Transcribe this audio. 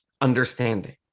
understanding